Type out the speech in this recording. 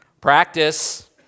practice